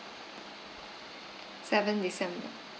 seven december